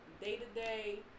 day-to-day